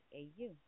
a-u